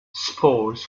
spores